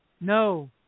no